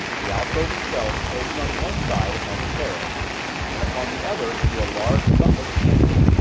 the alcove itself opened on one side upon the terrace and upon the other into a large butler's pantry.